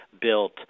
built